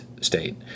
state